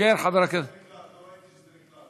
ההצבעה שלי לא נקלטה.